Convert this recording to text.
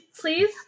please